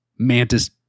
mantis